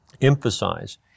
emphasize